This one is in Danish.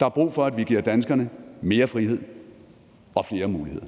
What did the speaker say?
Der er brug for, at vi giver danskerne mere frihed og flere muligheder.